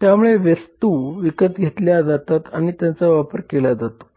त्यामुळे वस्तू विकत घेतल्या जातात आणि त्यांचा वापर केला जातो